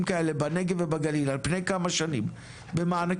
כאלה בנגב ובגליל על פני כמה שנים במענקים,